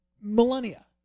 millennia